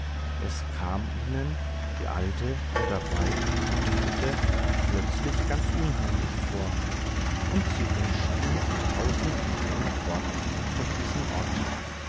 es kam ihnen die alte und der wald und die hütte plötzlich ganz unheimlich vor und sie wünschten sich tausend meilen von diesem orte